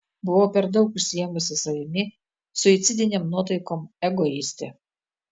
buvau per daug užsiėmusi savimi suicidinėm nuotaikom egoistė